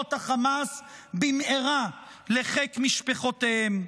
במנהרות החמאס במהרה לחיק משפחותיהם.